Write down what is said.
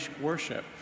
worship